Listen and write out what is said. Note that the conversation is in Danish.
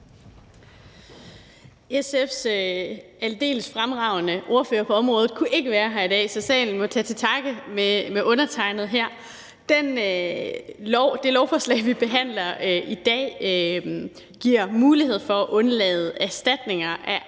SF's aldeles fremragende ordfører på området kunne ikke være her i dag, så salen må tage til takke med undertegnede. Det lovforslag, vi behandler i dag, giver mulighed for at undlade erstatninger af